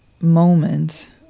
moment